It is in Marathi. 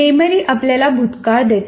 मेमरी आपल्याला भूतकाळ देते